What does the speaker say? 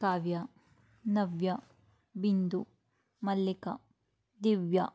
Kavya Navya Bindu Mallika Divya